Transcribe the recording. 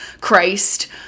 Christ